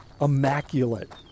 immaculate